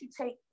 take